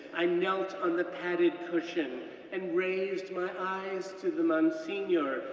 i knelt on the padded cushion and raised my eyes to the monsignor,